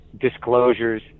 disclosures